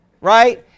right